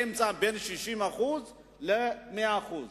באמצע, בין 60% ל-100%.